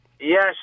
Yes